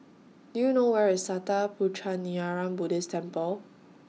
Do YOU know Where IS Sattha Puchaniyaram Buddhist Temple